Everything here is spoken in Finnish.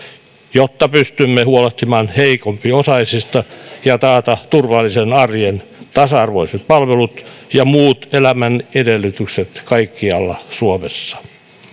jotta pystymme huolehtimaan heikompiosaisista ja takaamaan turvallisen arjen tasa arvoiset palvelut ja muut elämän edellytykset kaikkialla suomessa